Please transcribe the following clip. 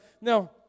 Now